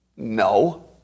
No